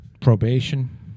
Probation